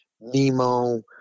Nemo